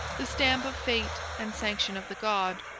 the stamp of fate and sanction of the god.